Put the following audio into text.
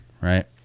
right